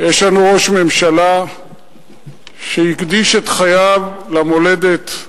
יש לנו ראש ממשלה שהקדיש את חייו למולדת,